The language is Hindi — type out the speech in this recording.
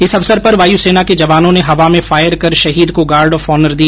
इस अवसर पर वायुसेना के जवानों ने हवा में फायर कर शहीद को गार्ड ऑफ ऑनर दिया